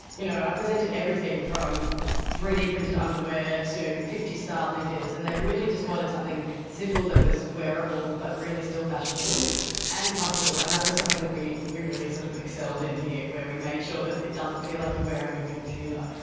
you know, i presented everything from three d printed underwear to fifty s style knickers, and they really just wanted something simple that was wearable but really still fashionable and comfortable. and that was something that we we really sort of excelled in here, where we made sure that it doesn't feel like you're wearing a computer.